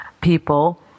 people